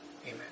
Amen